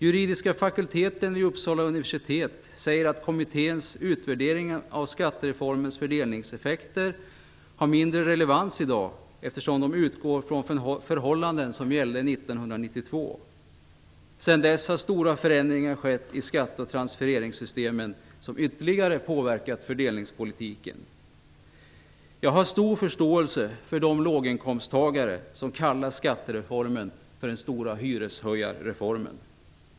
Juridiska fakulteten vid Uppsala universitet säger att kommitténs utvärdering av skattereformens fördelningseffekter har mindre relevans i dag, eftersom man utgår från förhållanden som gällde 1992. Sedan dess har stora förändringar skett i skatte och transfereringssystemen, som ytterligare har påverkat fördelningspolitiken. Jag har stor förståelse för de låginkomsttagare som kallar skattereformen för den stora hyreshöjarreformen.